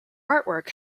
artwork